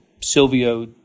Silvio